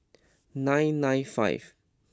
nine nine five